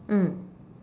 mm